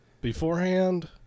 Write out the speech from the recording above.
beforehand